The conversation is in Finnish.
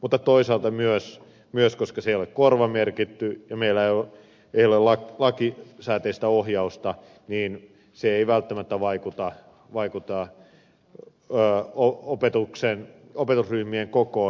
mutta toisaalta myös koska se ei ole korvamerkitty ja meillä ei ole lakisääteistä ohjausta se ei välttämättä vaikuta vaikuttaa ja pää on opetuksen opetusryhmien kokoon